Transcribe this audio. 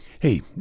Hey